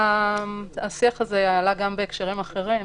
השיח הזה עלה בהקשרים אחרים.